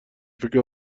فکر